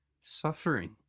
suffering